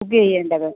book ചെയ്യേണ്ടത്